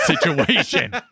situation